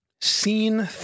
seen